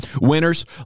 Winners